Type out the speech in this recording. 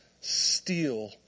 steal